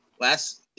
last